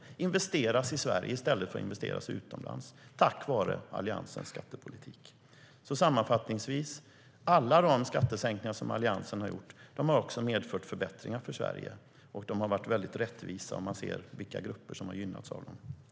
De investeras i Sverige i stället för att investeras utomlands tack vare Alliansens skattepolitik.